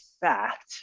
fact